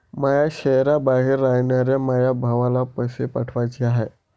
माया शैहराबाहेर रायनाऱ्या माया भावाला पैसे पाठवाचे हाय